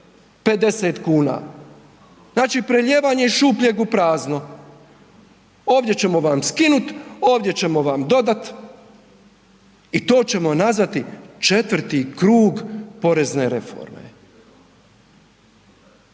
50 kuna. Znači prelijevanje iz šupljeg u prazno. Ovdje ćemo vam skinuti, ovdje ćemo vam dodat i to ćemo nazvati 4. krug porezne reforme.